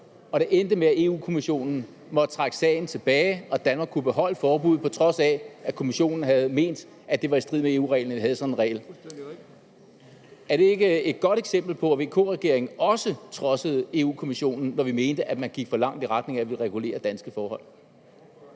og det endte med, at Europa-Kommissionen måtte trække sagen tilbage, og at Danmark kunne beholde forbuddet, på trods af at Kommissionen havde ment, at det var i strid med EU-reglerne, at vi havde sådan en regel. Er det ikke et godt eksempel på, at VK-regeringen også trodsede Europa-Kommissionen, når vi mente, at man gik for langt i retning af at ville regulere danske forhold?